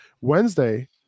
Wednesday